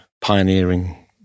pioneering